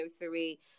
nursery